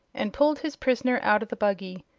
and pulled his prisoner out of the buggy.